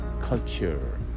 culture